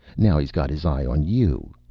now he's got his eye on you.